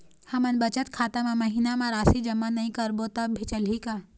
हमन बचत खाता मा महीना मा राशि जमा नई करबो तब भी चलही का?